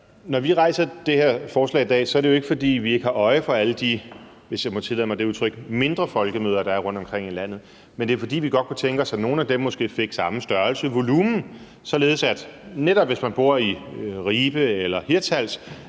Når vi rejser det her forslag i dag, er det jo ikke, fordi vi ikke har øje for alle de, hvis jeg må tillade mig at bruge det udtryk, mindre folkemøder, der er rundtomkring i landet, men det er, fordi vi godt kunne tænke os, at nogle af dem måske fik samme størrelse, volumen, således at man, netop hvis man bor i Ribe eller Hirtshals,